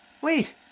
Wait